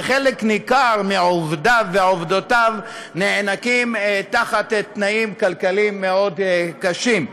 וחלק ניכר מעובדיו ועובדותיו נאנקים תחת תנאים כלכליים קשים מאוד.